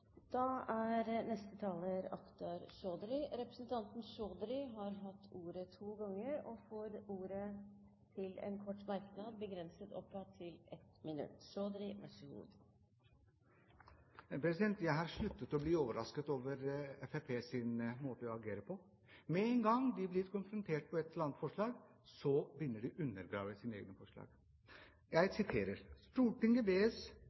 Akhtar Chaudhry har hatt ordet to ganger og får ordet til en kort merknad, begrenset til 1 minutt Jeg har sluttet å bli overrasket over Fremskrittspartiets måte å reagere på. Med en gang de blir konfrontert med et eller annet forslag, begynner de å undergrave sine egne forslag. Jeg